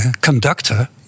conductor